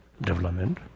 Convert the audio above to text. development